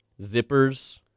zippers